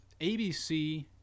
ABC